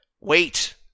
Wait